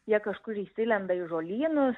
jie kažkur įsilenda į žolynus